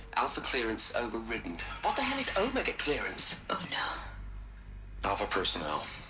alpha clearance overridden what the hell is omega clearance? oh no alpha personnel.